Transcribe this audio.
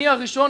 אני הראשון,